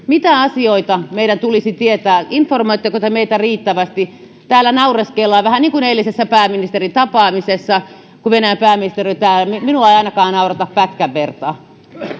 mitä asioita meidän tulisi tietää informoitteko te meitä riittävästi täällä naureskellaan vähän niin kuin eilisessä pääministerin tapaamisessa kun venäjän pääministeri oli täällä minua ei ainakaan naurata pätkän vertaa